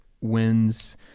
wins